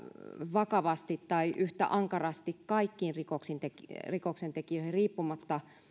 vakavasti tai yhtä ankarasti kaikkiin rikoksentekijöihin riippumatta